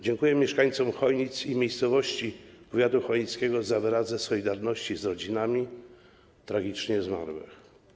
Dziękuję mieszkańcom Chojnic i miejscowości powiatu chojnickiego za wyraz solidarności z rodzinami tragicznie zmarłych.